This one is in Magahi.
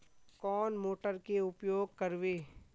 कौन मोटर के उपयोग करवे?